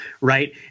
right